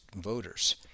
voters